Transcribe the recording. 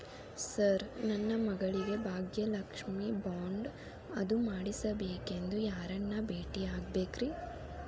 Sir ನನ್ನ ಮಗಳಿಗೆ Bhagyalakshmi bond ಅದು ಮಾಡಿಸಬೇಕೆಂದು ಯಾರನ್ನ ಭೇಟಿಯಾಗಬೇಕ್ರಿ?